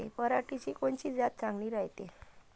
पऱ्हाटीची कोनची जात चांगली रायते?